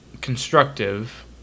constructive